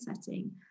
setting